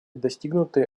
достигнуты